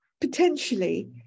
potentially